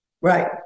Right